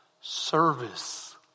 service